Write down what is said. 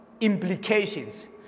implications